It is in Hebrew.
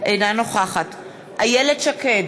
אינה נוכחת איילת שקד,